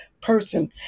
person